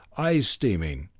eyes streaming,